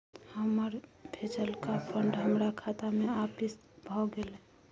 हमर भेजलका फंड हमरा खाता में आपिस भ गेलय